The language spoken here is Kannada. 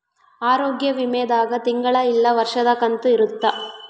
ಆರೋಗ್ಯ ವಿಮೆ ದಾಗ ತಿಂಗಳ ಇಲ್ಲ ವರ್ಷದ ಕಂತು ಇರುತ್ತ